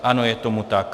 Ano, je tomu tak.